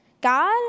God